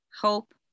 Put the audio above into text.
hope